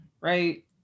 right